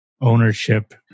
ownership